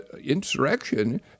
insurrection